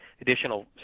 additional